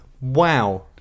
Wow